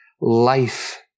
life